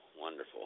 wonderful